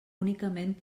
únicament